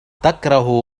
تكره